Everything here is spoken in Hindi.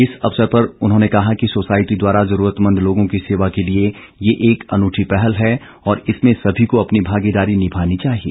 इस अवसर पर उन्होंने कहा कि सोसायटी द्वारा जरूरतमंद लोगों की सेवा के लिए ये एक अनूठी पहल है और इसमें सभी को अपनी भागीदारी निभानी चाहिए